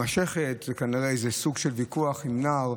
כנראה סוג של ויכוח עם נער,